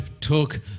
took